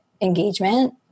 engagement